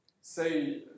say